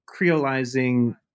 Creolizing